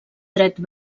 dret